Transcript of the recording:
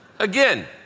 Again